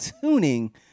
tuning